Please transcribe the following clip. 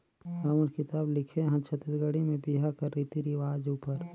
हमन किताब लिखे हन छत्तीसगढ़ी में बिहा कर रीति रिवाज उपर